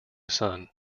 sun